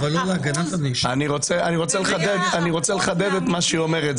אני רוצה לחדד את מה שהיא אומרת.